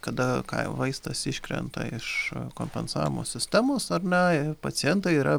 kada kai vaistas iškrenta iš kompensavimo sistemos ar ne i pacientai yra